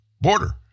border